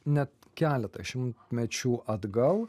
net keletą šimtmečių atgal